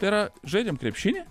tai yra žaidžiam krepšinį